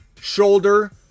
shoulder